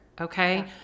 okay